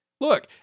Look